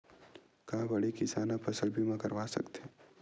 का बड़े किसान ह फसल बीमा करवा सकथे?